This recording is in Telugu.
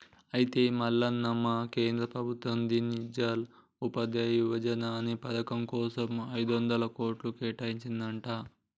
అయితే మల్లన్న మన కేంద్ర ప్రభుత్వం దీన్ దయాల్ ఉపాధ్యాయ యువజన అనే పథకం కోసం ఐదొందల కోట్లు కేటాయించిందంట